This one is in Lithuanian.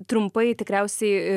trumpai tikriausiai